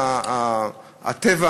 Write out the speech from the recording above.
הטבע